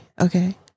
okay